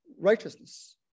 righteousness